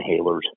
inhalers